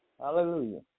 Hallelujah